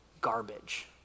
Garbage